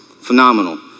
phenomenal